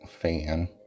fan